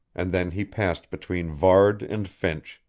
and then he passed between varde and finch,